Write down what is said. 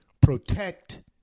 protect